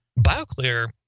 BioClear